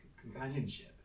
companionship